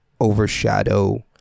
overshadow